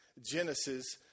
genesis